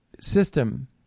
system